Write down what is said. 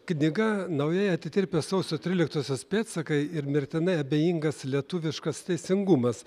knyga naujai atitirpę sausio tryliktosios pėdsakai ir mirtinai abejingas lietuviškas teisingumas